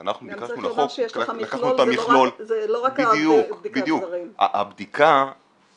כשאנחנו ניגשנו לחוק לקחנו את המכלול -- גם צריך לומר שיש לך מכלול,